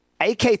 AK